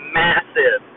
massive